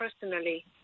personally